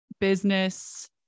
business